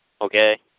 okay